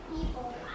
People